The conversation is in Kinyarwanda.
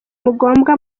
mugombwa